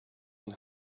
not